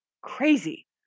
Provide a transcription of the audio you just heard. crazy